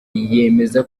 yemeza